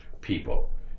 people